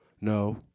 no